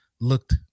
looked